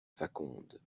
faconde